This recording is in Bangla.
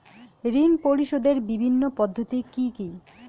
ঋণ পরিশোধের বিভিন্ন পদ্ধতি কি কি?